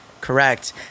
correct